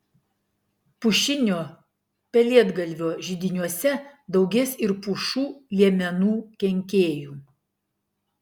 pušinio pelėdgalvio židiniuose daugės ir pušų liemenų kenkėjų